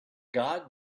god